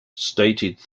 stated